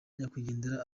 nyakwigendera